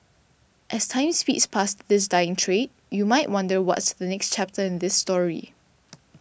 as time speeds past this dying trade you might wonder what's the next chapter in this story